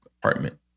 apartment